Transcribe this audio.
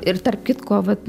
ir tarp kitko vat